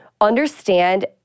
understand